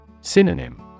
Synonym